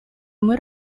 muy